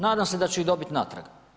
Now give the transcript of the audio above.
Nadam se da ću ih dobiti natrag.